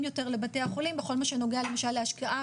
יותר לבתי החולים בכל מה שנוגע למשל להשקעה,